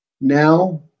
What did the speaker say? Now